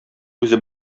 үзе